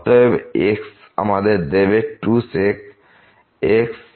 অতএব x আমাদের দেবে 2 sec x sec x tan x